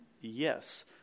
Yes